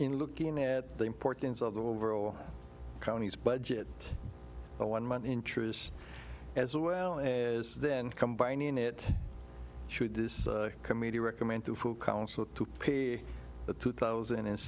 in looking at the importance of the overall county's budget a one month interest as well as then combining it should this committee recommend to full council to pay the two thousand and